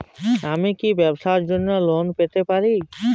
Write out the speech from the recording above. আমি কি ব্যবসার জন্য লোন পেতে পারি?